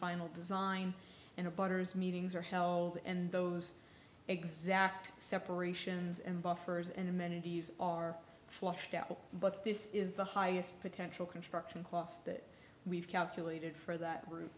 final design in a butters meetings are held and those exact separations and buffers and amenities are flushed out but this is the highest potential construction cost that we've calculated for that grou